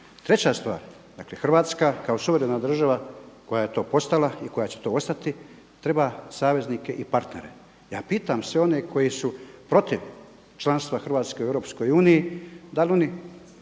Treća stvar, dakle Hrvatska kao suverena država koja je to postala i koja će to ostati treba saveznike i partnere. Ja pitam sve one koji su protiv članstva Hrvatske u Europskoj uniji, da li oni